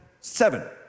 Seven